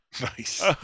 Nice